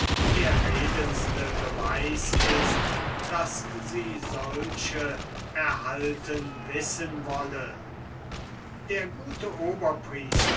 redendste beweis ist daß sie solche erhalten wissen wolle der gute